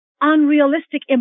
unrealistic